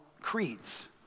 creeds